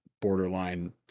borderline